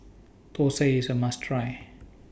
Thosai IS A must Try